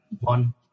One